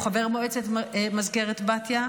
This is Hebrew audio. מועצת מזכרת בתיה,